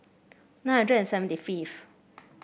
nine hundred and seventy fifth